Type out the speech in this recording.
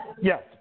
Yes